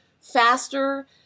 faster